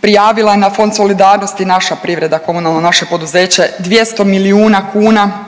prijavila na Fond solidarnosti naša privreda, komunalno naše poduzeće 200 milijuna kuna